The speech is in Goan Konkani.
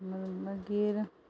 मा मागीर